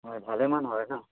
হয় ভালেমান হয় ন